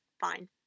fine